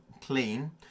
clean